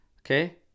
okay